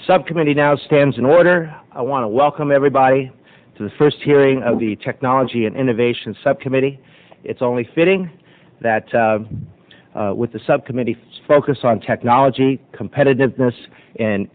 subcommittee now stands in order i want to welcome everybody to the first hearing of the technology and innovation subcommittee it's only fitting that with the subcommittee focus on technology competitiveness and